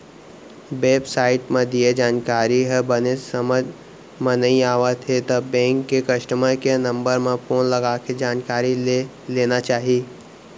web site म दिये जानकारी ह बने समझ म नइ आवत हे त बेंक के कस्टमर केयर नंबर म फोन लगाके जानकारी ले लेना चाही